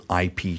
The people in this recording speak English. IP